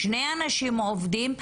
שני אנשים עובדים,